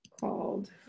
called